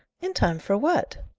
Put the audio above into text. in time for what?